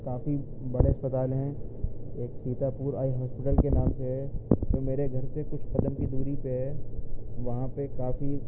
کافی بڑے اسپتال ہیں ایک سیتاپور آئی ہاسپٹل کے نام سے ہے جو میرے گھر سے کچھ قدم کی دوری پہ ہے وہاں پہ کافی